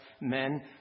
men